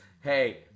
hey